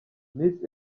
miss